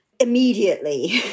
Immediately